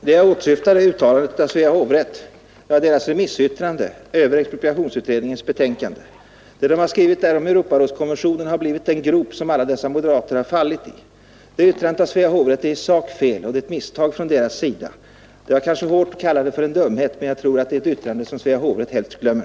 Herr talman! Det uttalande av Svea hovrätt som jag åsyftade var remissyttrandet över expropriationsutredningens betänkande. Det som hovrätten där har skrivit om Europarådskonventionen har blivit en grop som alla dessa moderater har fallit i. Det yttrandet av Svea hovrätt är i sak fel, och det är ett misstag från hovrättens sida. Det var kanske hårt att kalla det för dumhet, men jag tror att det är ett yttrande som Svea hovrätt helst glömmer.